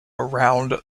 around